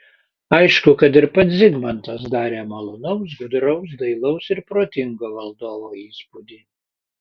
aišku kad ir pats zigmantas darė malonaus gudraus dailaus ir protingo valdovo įspūdį